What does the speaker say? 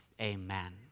Amen